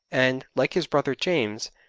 and, like his brother, james,